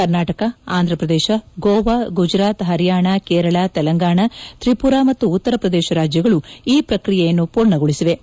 ಕರ್ನಾಟಕ ಆಂಧ್ರಪ್ರದೇಶ ಗೋವಾ ಗುಜರಾತ್ ಹರಿಯಾಣ ಕೇರಳ ತೆಲಂಗಾಣ ತ್ರಿಪುರಾ ಮತ್ತು ಉತ್ತರ ಪ್ರದೇಶ ರಾಜ್ಯಗಳು ಈ ಪ್ರಕ್ರಿಯೆಯನ್ನು ಪೂರ್ಣಗೊಳಿಸಿವೆ